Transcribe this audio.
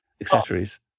accessories